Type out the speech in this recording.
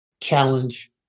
challenge